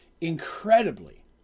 incredibly